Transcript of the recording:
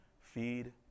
Feed